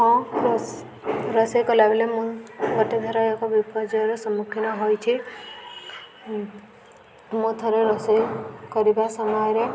ହଁ ରୋଷେଇ କଲାବେେଳେ ମୁଁ ଗୋଟେ ଥର ଏକ ବିପର୍ଯ୍ୟୟର ସମ୍ମୁଖୀନ ହୋଇଛି ମୁଁ ଥରେ ରୋଷେଇ କରିବା ସମୟରେ